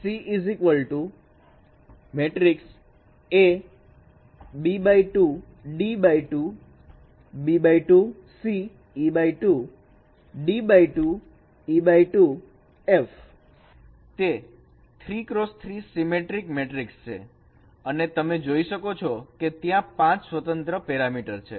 તે 3 x 3 symmetric matrix છે અને તમે જોઈ શકો છો કે ત્યાં 5 સ્વતંત્ર પેરામીટર છે